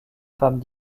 femmes